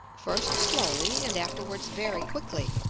first slowly and afterwards very quickly.